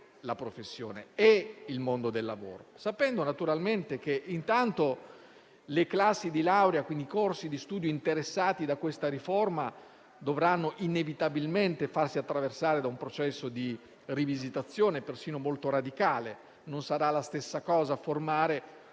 la professione, il mondo del lavoro. Tutto ciò sapendo naturalmente che intanto le classi di laurea, quindi i corsi di studio interessati da questa riforma, dovranno inevitabilmente farsi attraversare da un processo di rivisitazione persino molto radicale: non sarà, infatti, la stessa cosa formare uno studente